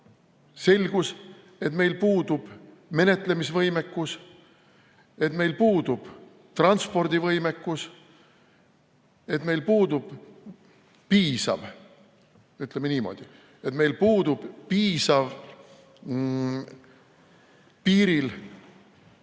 selgus, et meil puudub menetlemisvõimekus, et meil puudub transpordivõimekus, et meil puudub piisav, ütleme niimoodi, piiriületajate tabamise